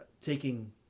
taking